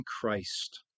Christ